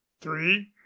three